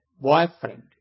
boyfriend